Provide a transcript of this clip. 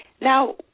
Now